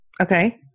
Okay